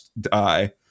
die